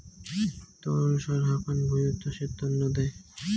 তরল সার হাকান ভুঁইতে চাষের তন্ন দেয়